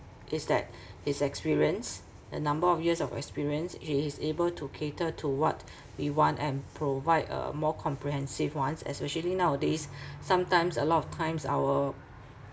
is that his experience the number of years of experience he is able to cater to what we want and provide uh more comprehensive ones especially nowadays sometimes a lot of times our